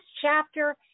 chapter